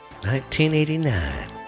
1989